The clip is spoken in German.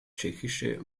tschechische